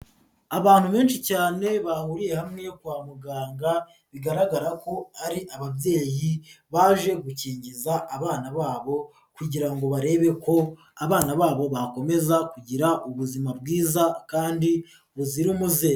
Abantu benshi cyane bahuriye hamwe kwa muganga bigaragara ko ari ababyeyi baje gukingiza abana babo kugira ngo barebe ko abana babo bakomeza kugira ubuzima bwiza kandi buzira umuze.